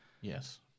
Yes